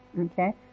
Okay